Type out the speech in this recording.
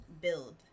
build